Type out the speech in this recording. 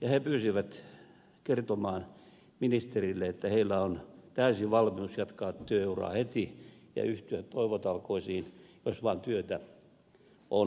ja he pyysivät kertomaan ministerille että heillä on täysi valmius jatkaa työuraa heti ja yhtyä toivotalkoisiin jos vaan työtä on tarjolla